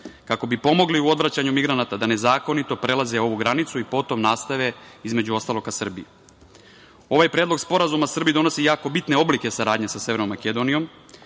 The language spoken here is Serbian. kako bi pomogli u odvraćanju migranata da nezakonito prelaze ovu granicu i potom nastave, između ostalog, ka Srbiji. Ovaj predlog sporazuma Srbiji donosi jako bitne oblike saradnje sa Severnom Makedonijom